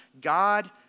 God